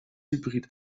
hybrid